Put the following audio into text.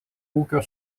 ūkio